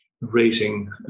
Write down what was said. raising